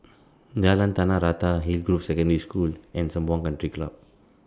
Jalan Tanah Rata Hillgrove Secondary School and Sembawang Country Club